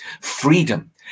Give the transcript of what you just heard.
freedom